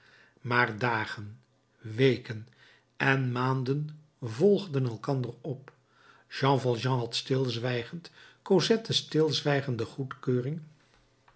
maar dagen weken en maanden volgden elkander op jean valjean had stilzwijgend cosette's stilzwijgende goedkeuring